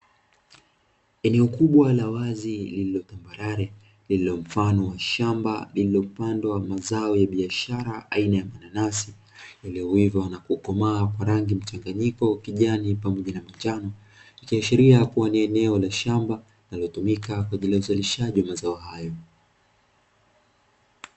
Eneo kubwa la wazi lililo tambarare lililo mfano wa shamba lililopandwa mazao ya biashara aina ya mananasi, yaliyoiva na kukomaa kwa rangi mchanganyiko ya kijani pamoja na njano yakiashiria kuwa ni eneo la shamba linalotumika kwa ajili ya uzalishaji wa mazao hayo.